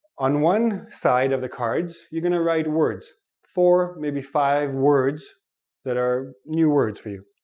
on one side of the cards, you're going to write words four maybe five words that are new words for you.